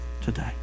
today